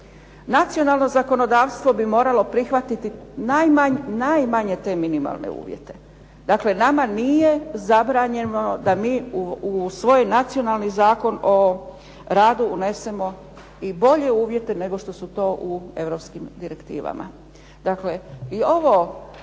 Nacionalno zakonodavstvo bi moralo prihvatiti najmanje te minimalne uvjete. Dakle nama nije zabranjeno da mi u svoj nacionalni Zakon o radu unesemo i bolje uvjete, nego što su to u europskim direktivama.